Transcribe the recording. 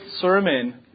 sermon